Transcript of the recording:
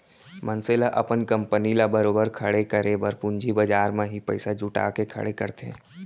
मनसे ल अपन कंपनी ल बरोबर खड़े करे बर पूंजी बजार म ही पइसा जुटा के खड़े करथे